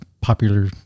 popular